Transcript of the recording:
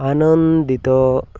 ଆନନ୍ଦିତ